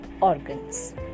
organs